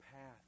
path